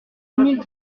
mille